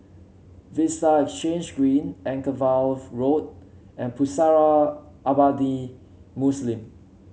Vista Exhange Green Anchorvale Road and Pusara Abadi Muslim